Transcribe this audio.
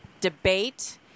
debate